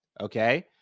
Okay